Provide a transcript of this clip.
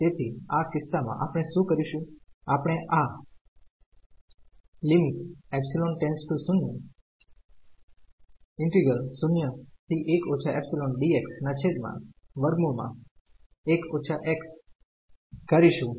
તેથીઆ કિસ્સા માં આપણે શું કરીશું આપણે આ કરીશું